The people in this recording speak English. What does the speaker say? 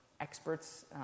experts